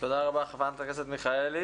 תודה רבה, חברת הכנסת מיכאלי.